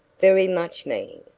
very much meaning,